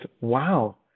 wow